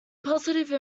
positive